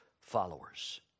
followers